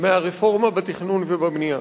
מהרפורמה בתכנון ובבנייה.